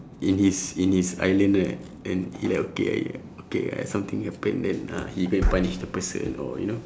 in his in his island right then he like okay ah okay ah have something happen then ah he go and punish the person or you know